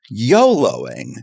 YOLOing